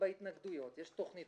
יש דיון בהתנגדויות.